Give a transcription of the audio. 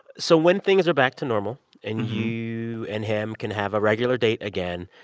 so when things are back to normal and you and him can have a regular date again,